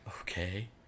okay